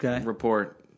report